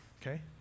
okay